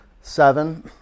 seven